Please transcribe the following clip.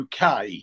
UK